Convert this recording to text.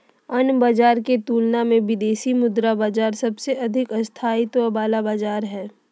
अन्य बाजार के तुलना मे विदेशी मुद्रा बाजार सबसे अधिक स्थायित्व वाला बाजार हय